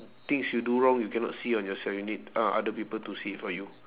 things you do wrong you cannot see on yourself you need o~ other people to see it for you